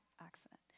accident